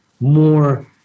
more